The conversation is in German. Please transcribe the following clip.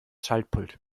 schaltpult